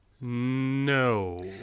No